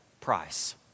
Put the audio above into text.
price